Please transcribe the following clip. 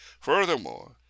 Furthermore